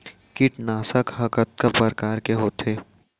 कीटनाशक ह कतका प्रकार के होथे?